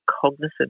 cognizant